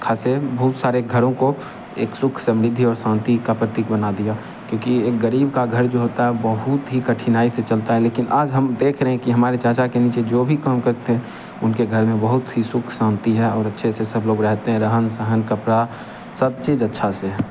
खासे बहुत सारे घरों को एक सुख समृद्धि और शांति का प्रतीक बना दिया क्योंकि एक गरीब का घर जो होता है बहुत ही कठिनाई से चलता है लेकिन आज हम देख रहें कि हमारे चाचा के नीचे जो भी काम करते हैं उनके घर में बहुत ही सुख शांति है और अच्छे से सब लोग रहते हैं रहन सहन कपड़ा सब चीज अच्छा से है